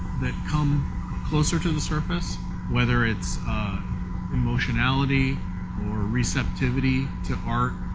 that come closer to the surface whether it's emotionality or receptivity to art.